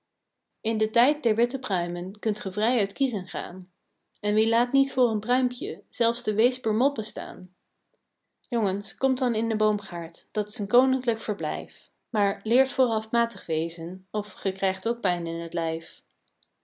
in den tijd der witte pruimen kunt ge vrij uit kiezen gaan en wie laat niet voor een pruimpje zelfs de weesper moppen staan jongens komt dan in den boomgaard dat s een koninklijk verblijf maar leert vooraf matig wezen of ge krijgt ook pijn in t lijf